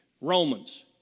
Romans